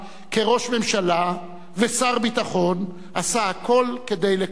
שכראש ממשלה ושר ביטחון עשה הכול כדי לקדמן.